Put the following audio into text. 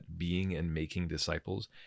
beingandmakingdisciples